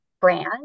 brand